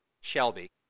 Shelby